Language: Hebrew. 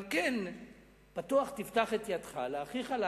על כן פתוח תפתח את ידך לאחיך,